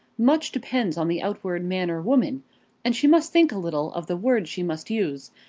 much depends on the outward man or woman and she must think a little of the words she must use,